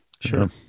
Sure